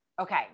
Okay